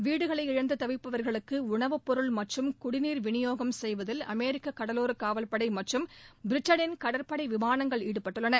வீடுகளை இழந்து தவிப்பவர்களுக்கு உணவுப்பொருள் மற்றும் குடிநீர் விநியோகம் செய்வதில் அமெரிக்க கடலோர காவல் படை மற்றும் பிரிட்டனின் கடற்படை விமானங்கள் ஈடுபட்டுள்ளன